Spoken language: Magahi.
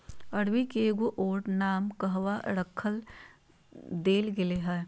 अरबी के एगो और नाम कहवा रख देल गेलय हें